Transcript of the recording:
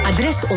Adres